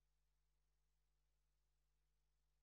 תודה רבה.